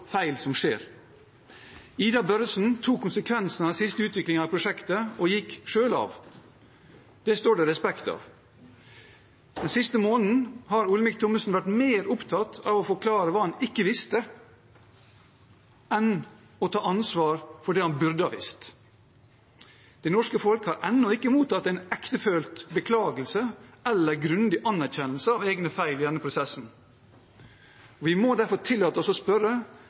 feil som skjer. Ida Børresen tok konsekvensen av den siste utviklingen i prosjektet og gikk selv av. Det står det respekt av. Den siste måneden har Olemic Thommessen vært mer opptatt av å forklare hva han ikke visste, enn å ta ansvar for det han burde ha visst. Det norske folk har ennå ikke mottatt en ektefølt beklagelse eller grundig erkjennelse av egne feil i denne prosessen. Vi må derfor tillate oss å spørre